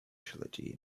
trilogy